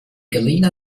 gallina